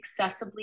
accessibly